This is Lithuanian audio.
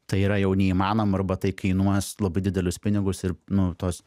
tai yra jau neįmanoma arba tai kainuos labai didelius pinigus ir nu tos